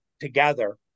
together